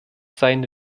sein